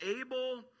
able